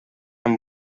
amb